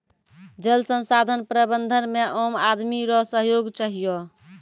जल संसाधन प्रबंधन मे आम आदमी रो सहयोग चहियो